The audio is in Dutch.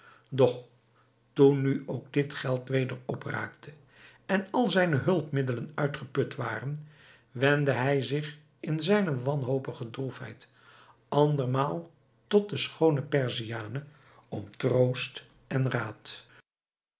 doch toen nu ook dit geld weder op raakte en al zijne hulpmiddelen uitgeput waren wendde hij zich in zijne wanhopige droefheid andermaal tot de schoone perziane om troost en raad